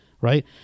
right